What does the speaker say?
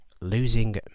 losing